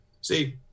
See